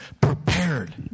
prepared